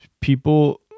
People